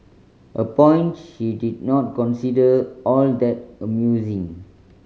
a point she did not consider all that amusing